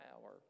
power